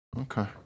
Okay